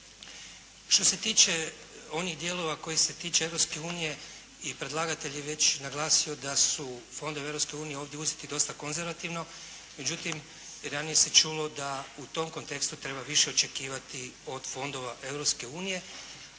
Što se tiče onih dijelova koji se tiču Europske unije i predlagatelj je već naglasio da su fondovi u Europskoj uniji ovdje uzeti dosta konzervativno. Međutim i ranije se čulo da u tom kontekstu treba više očekivati od fondova